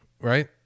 right